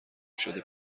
شده